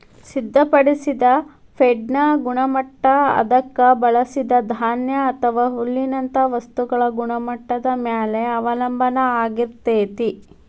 ಸಿದ್ಧಪಡಿಸಿದ ಫೇಡ್ನ ಗುಣಮಟ್ಟ ಅದಕ್ಕ ಬಳಸಿದ ಧಾನ್ಯ ಅಥವಾ ಹುಲ್ಲಿನಂತ ವಸ್ತುಗಳ ಗುಣಮಟ್ಟದ ಮ್ಯಾಲೆ ಅವಲಂಬನ ಆಗಿರ್ತೇತಿ